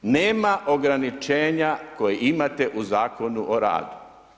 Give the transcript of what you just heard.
Nema ograničenja koje imate u Zakonu o radu.